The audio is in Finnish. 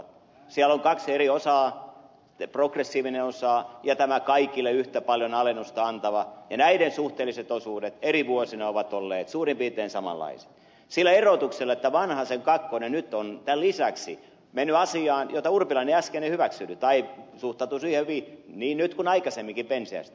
siellä on kaksi eri osaa progressiivinen osa ja tämä kaikille yhtä paljon alennusta antava ja näiden suhteelliset osuudet eri vuosina ovat olleet suurin piirtein samanlaiset sillä erotuksella että vanhasen kakkonen nyt on tämän lisäksi mennyt asiaan jota urpilainen äsken ei hyväksynyt tai suhtautui siihen niin nyt kuin aikaisemminkin penseästi